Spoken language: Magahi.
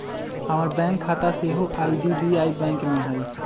हमर बैंक खता सेहो आई.डी.बी.आई बैंक में हइ